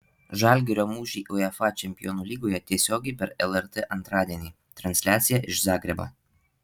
žalgirio mūšiai uefa čempionų lygoje tiesiogiai per lrt antradienį transliacija iš zagrebo